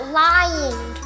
lying